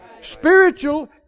Spiritual